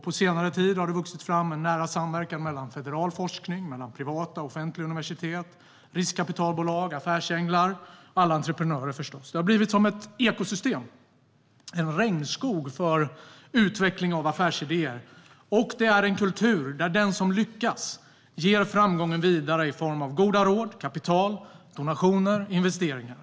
På senare tid har det vuxit fram en nära samverkan mellan federal forskning, privata och offentliga universitet, riskkapitalbolag, affärsänglar och alla entreprenörer. Det har blivit som ett ekosystem - en regnskog för utveckling av affärsidéer. Det är en kultur där den som lyckats ger framgången vidare i form av goda råd, kapital, donationer och investeringar.